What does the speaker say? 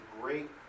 great